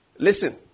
Listen